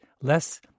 less